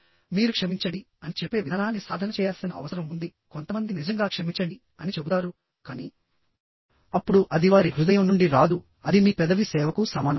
మీరు క్షమించండి అని చెప్పే విధానాన్ని సాధన చేయాల్సిన అవసరం ఉంది కొంతమంది నిజంగా క్షమించండి అని చెబుతారు కానీ అప్పుడు అది వారి హృదయం నుండి రాదు అది మీ పెదవి సేవకు సమానం